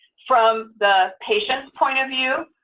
from the patient's point of view,